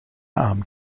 arm